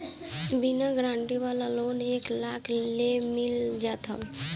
बिना गारंटी वाला लोन एक लाख ले मिल जात हवे